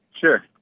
Sure